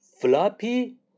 Floppy